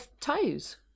toes